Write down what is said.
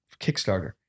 Kickstarter